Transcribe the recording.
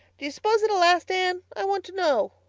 do you s'pose it'll last, anne? i want to know?